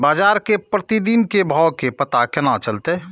बजार के प्रतिदिन के भाव के पता केना चलते?